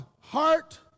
heart